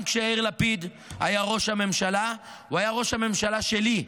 גם כשיאיר לפיד היה ראש הממשלה הוא היה ראש הממשלה שלי,